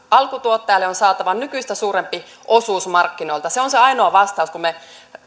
alkutuottajalle on saatava nykyistä suurempi osuus markkinoilta se on se ainoa vastaus kun me